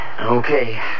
Okay